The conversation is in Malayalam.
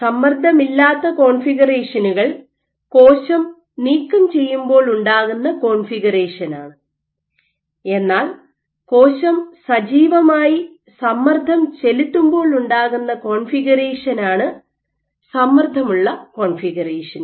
സമ്മർദ്ദമില്ലാത്ത കോൺഫിഗറേഷനുകൾ കോശം നീക്കംചെയ്യുമ്പോൾ ഉണ്ടാകുന്ന കോൺഫിഗറേഷനാണ് എന്നാൽ കോശം സജീവമായി സമ്മർദ്ദം ചെലുത്തുമ്പോൾ ഉണ്ടാകുന്ന കോൺഫിഗറേഷനാണ് സമ്മർദ്ദമുള്ള കോൺഫിഗറേഷൻ